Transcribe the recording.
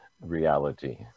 reality